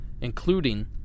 including